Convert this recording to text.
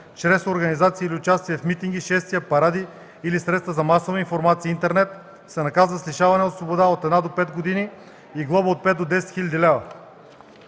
чрез организации или участие в митинги, шествия, паради или средства за масова информация и интернет се наказва с лишаване от свобода от 1 до 5 години и глоба от 5 до 10 хил. лв.”